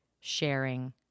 sharing